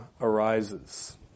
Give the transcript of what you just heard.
arises